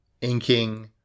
inking